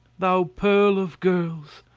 thou pearl of girls!